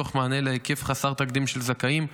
תוך מענה להיקף חסר תקדים של זכאים.